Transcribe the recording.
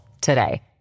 today